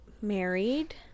Married